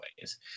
ways